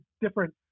different